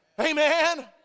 Amen